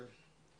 בסדר.